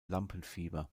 lampenfieber